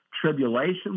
Tribulation